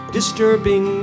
Disturbing